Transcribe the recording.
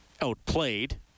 outplayed